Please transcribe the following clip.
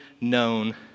known